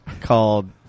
called